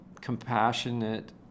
compassionate